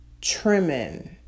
trimming